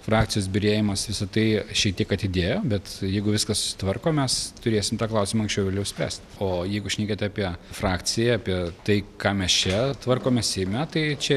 frakcijos byrėjimas visa tai šiek tiek atidėjo bet jeigu viskas susitvarko mes turėsim tą klausimą anksčiau ar vėliau spręsti o jeigu šnekėt apie frakciją apie tai ką mes čia tvarkome seime tai čia